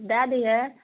दए दिय